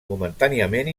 momentàniament